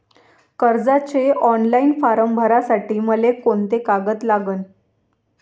कर्जाचे online form भरासाठी मले कोंते कागद लागन?